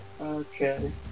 Okay